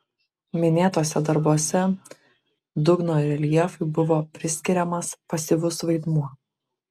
minėtuose darbuose dugno reljefui buvo priskiriamas pasyvus vaidmuo